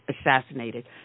assassinated